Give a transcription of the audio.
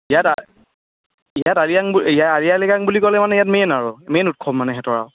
ইয়াত ইয়াত আলি আই আং আলি আই লৃগাং বুলি ক'লে মানে ইয়াত মেইন আৰু মেইন উৎসৱ মানে সিহঁতৰ আৰু